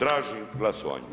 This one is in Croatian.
Tražim glasovanje.